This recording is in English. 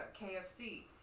KFC